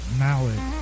mallet